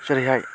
जेरैहाय